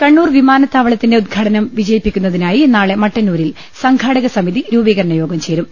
കണ്ണൂർ വിമാനത്താവളത്തിന്റെ ഉദ്ഘാടനം വിജയിപ്പിക്കുന്നതിനായി നാളെ മട്ടന്നൂരിൽ സംഘാടക സമിതി രൂപീകരണ യോഗം ചേരും